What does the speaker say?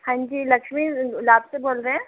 हाँ जी लक्ष्मी से बोल रहे है